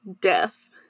Death